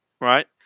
right